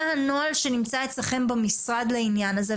מה הנוהל שנמצא אצלכם במשרד לעניין הזה,